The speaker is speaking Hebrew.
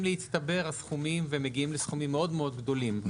להצטבר הסכומים ומגיעים לסכומים מאוד מאוד גדולים.